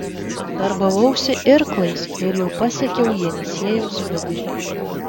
darbavausi irklais ir jau pasiekiau jenisiejaus vidurį